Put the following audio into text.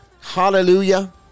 Hallelujah